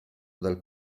dal